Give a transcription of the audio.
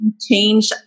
change